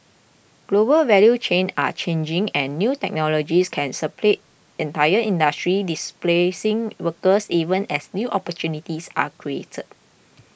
global value chains are changing and new technologies can supplant entire industries displacing workers even as new opportunities are created